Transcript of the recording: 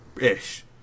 Ish